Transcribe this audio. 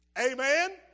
Amen